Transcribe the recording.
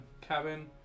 cabin